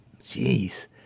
Jeez